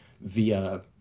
via